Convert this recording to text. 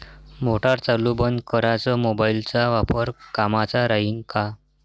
Motor चालू बंद कराच मोबाईलचा वापर कामाचा राहीन का?